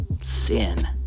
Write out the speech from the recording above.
sin